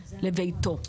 לביתו,